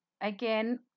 again